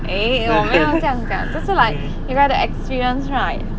eh 我没有这样讲就是 like you know the experience right